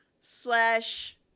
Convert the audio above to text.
slash